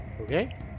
Okay